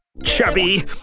Chubby